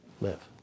live